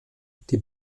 die